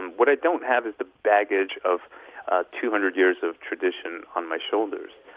and what i don't have is the baggage of two hundred years of tradition on my shoulders.